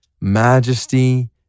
majesty